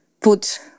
put